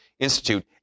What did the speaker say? Institute